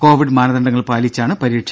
Covid മാനദണ്ഡങ്ങൾ പാലിച്ചാണ് പരീക്ഷ